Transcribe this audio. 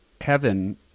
heaven